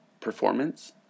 performance